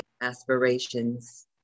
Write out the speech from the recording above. aspirations